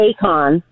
Akon